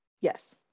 Yes